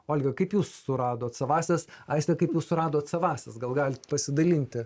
olga kaip jūs suradot savąsias aiste kaip jūs suradot savąsias gal galit pasidalinti